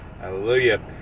hallelujah